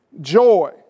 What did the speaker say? Joy